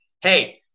Hey